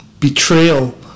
betrayal